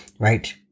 right